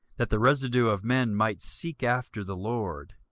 that the residue of men might seek after the lord,